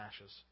ashes